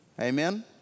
Amen